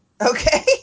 Okay